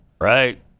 Right